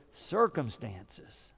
circumstances